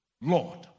Lord